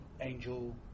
angel